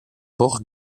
port